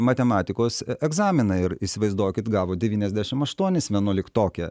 matematikos egzaminą ir įsivaizduokit gavo devyniasdešimt aštuonis vienuoliktokė